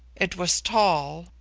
it was tall,